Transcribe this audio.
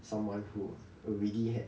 someone who already had